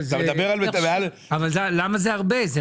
אבל למה זה הרבה?